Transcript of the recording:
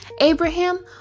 Abraham